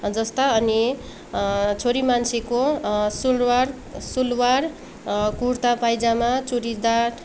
जस्ता अनि छोरी मान्छेको सुलवार सुलवार कुर्था पाइजामा चुरिदार